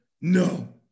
no